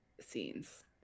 scenes